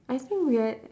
I think we are